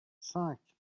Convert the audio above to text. cinq